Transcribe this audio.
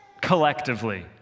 collectively